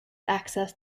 access